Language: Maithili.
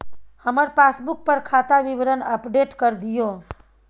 हमर पासबुक पर खाता विवरण अपडेट कर दियो